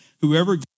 whoever